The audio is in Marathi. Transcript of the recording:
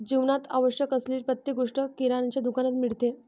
जीवनात आवश्यक असलेली प्रत्येक गोष्ट किराण्याच्या दुकानात मिळते